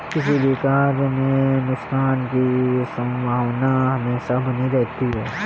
किसी भी कार्य में नुकसान की संभावना हमेशा बनी रहती है